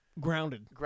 grounded